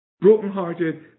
brokenhearted